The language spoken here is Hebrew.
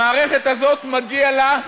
המערכת הזאת, מגיע לה,